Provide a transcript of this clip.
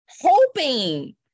hoping